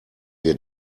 wir